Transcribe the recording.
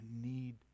need